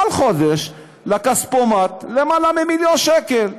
כל חודש לכספומט למעלה ממיליון שקל.